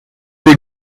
des